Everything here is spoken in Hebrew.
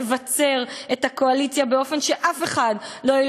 לבצר את הקואליציה באופן שאף אחד לא תהיה